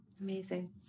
Amazing